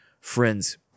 friend's